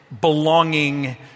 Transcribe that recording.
belonging